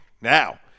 Now